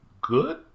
Good